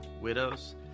widows